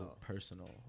personal